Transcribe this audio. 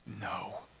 no